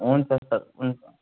हुन्छ सर हुन्छ